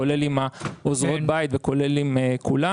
כולל עם עוזרות הבית וכולל עם כולם.